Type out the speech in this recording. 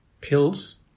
Pills